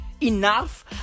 enough